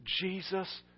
Jesus